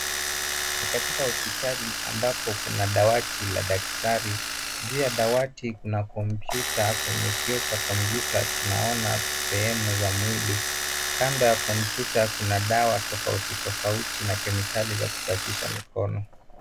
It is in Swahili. Ni katika hospitali ambapo kuna dawati la daktari, juu ya dawati kuna Komputa kwenye kioo cha komputa tuna ona sehemu za mwili. Kando ya komputa kuna dawa tofauti tofauti na kemikali za kusafisha mikono.